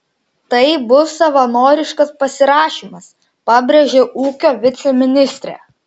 tai bus savanoriškas pasirašymas pabrėžia ūkio viceministrė